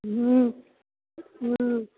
हूँ हूँ